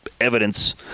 evidence